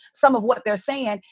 some of what they're sayin',